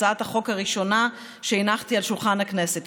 הצעת החוק הראשונה שהנחתי על שולחן הכנסת.